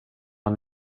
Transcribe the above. han